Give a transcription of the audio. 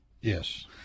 yes